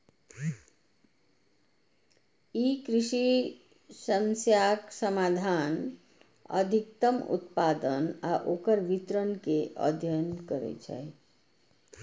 ई कृषि समस्याक समाधान, अधिकतम उत्पादन आ ओकर वितरण के अध्ययन करै छै